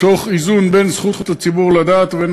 תוך איזון בין זכות הציבור לדעת ובין